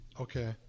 Okay